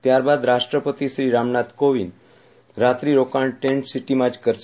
ત્યારબાદ રાષ્ટ્રપતિશ્રી રામનાથ કોવિન્દ રાત્રિ રોકાણ ટેન્ટ સિટીમાં જ કરશે